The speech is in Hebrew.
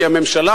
כי הממשלה,